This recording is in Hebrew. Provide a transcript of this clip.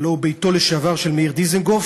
הלוא הוא ביתו לשעבר של מאיר דיזנגוף,